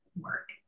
work